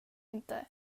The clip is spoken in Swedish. inte